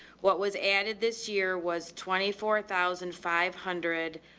what was added this year was twenty four thousand five hundred,